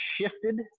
shifted